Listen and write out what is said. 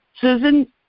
Susan